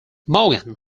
morgan